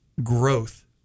growth